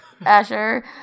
Asher